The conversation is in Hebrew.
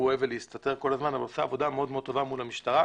אבל הוא עושה עבודה מאוד טובה מול המשטרה,